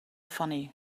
funny